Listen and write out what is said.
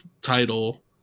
title